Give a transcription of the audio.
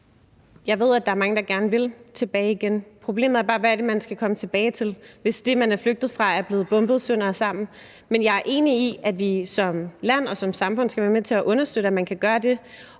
Jeg ved, at der er mange, der gerne vil tilbage igen. Problemet er bare, hvad det er, man skal komme tilbage til, hvis det, man er flygtet fra, er blevet bombet sønder og sammen. Men jeg er enig i, at vi som land og som samfund skal være med til at understøtte, at man kan gøre det,